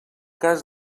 cas